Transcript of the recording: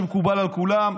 שמקובל על כולם,